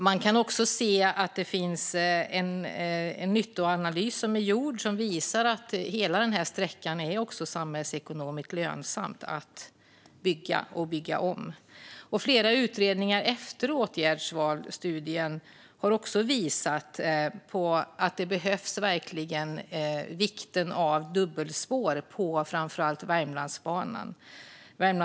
Det finns också en nyttoanalys som visar att hela sträckan är samhällsekonomiskt lönsam att bygga och bygga om. Flera utredningar gjorda efter åtgärdsvalsstudien har också visat på vikten av dubbelspår på framför allt Värmlandsbanan.